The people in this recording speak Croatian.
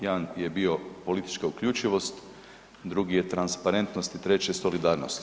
Jedan je bio politička uključivost, drugi je transparentnost i treći je solidarnost.